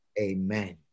Amen